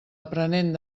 aprenent